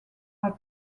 are